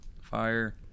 Fire